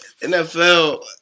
NFL